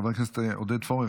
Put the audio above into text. חבר הכנסת עודד פורר,